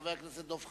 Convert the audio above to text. חבר הכנסת דב חנין,